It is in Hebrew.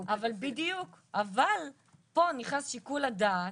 אבל פה נכנס שיקול הדעת,